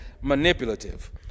manipulative